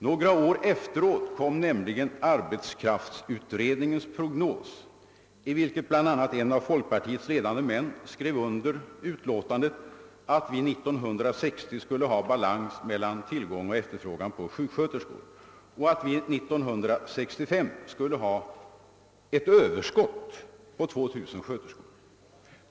Några år efteråt framlades nämligen arbetskraftsutredningens prognos, i vilken bland andra en av folkpartiets ledande män skrev under uttalandet, att vi 1960 skulle ha balans mellan tillgång och efterfrågan på sjuksköterskor och att vi 1965 skulle ha ett överskott på 2 000 sjuksköterskor.